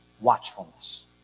watchfulness